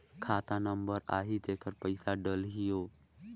खाता नंबर आही तेकर पइसा डलहीओ?